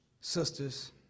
sisters